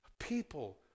people